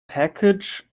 package